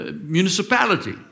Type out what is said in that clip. municipality